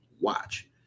Watch